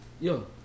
Yo